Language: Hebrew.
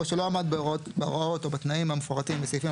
או שלא עמד בהוראות או בתנאים המפורטים בסעיפים